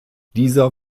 dieser